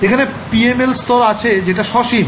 এখানে PML স্তর আছে যেটা সসীম